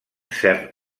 cert